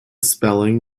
spelling